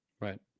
Right